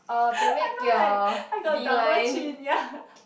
I find like I got double chin ya